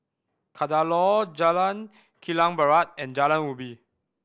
Kadaloor Jalan Kilang Barat and Jalan Ubi